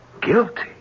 Guilty